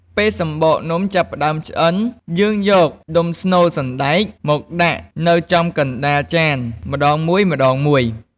ពេលសំបកនំចាប់ផ្តើមឆ្អិន យើងយកដុំស្នូលសណ្តែកមកដាក់នៅចំកណ្ដាលចានម្ដងមួយៗ។